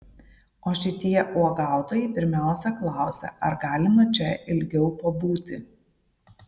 o šitie uogautojai pirmiausia klausia ar galima čia ilgiau pabūti